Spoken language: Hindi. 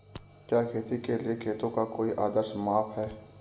क्या खेती के लिए खेतों का कोई आदर्श माप है?